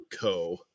Co